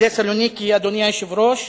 אדוני היושב-ראש,